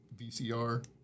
VCR